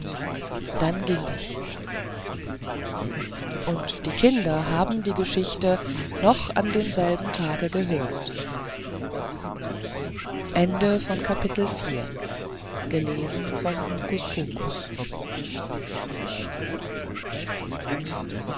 damit ging ich und die kinder haben die geschichte noch an demselben tage gehört